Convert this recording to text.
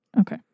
Okay